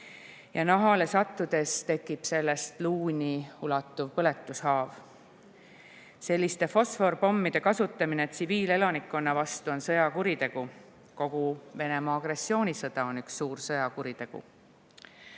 Nahale sattudes tekib sellest luuni ulatuv põletushaav. Selliste fosforpommide kasutamine tsiviilelanikkonna vastu on sõjakuritegu. Kogu Venemaa agressioonisõda on üks suur sõjakuritegu. Ühel